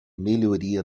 melhoria